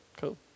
cool